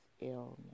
illness